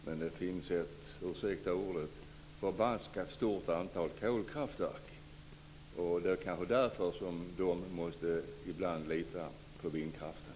Men det finns också ett, ursäkta ordet, förbaskat stort antal kolkraftverk. Det kanske är därför som de ibland måste lita på vindkraften.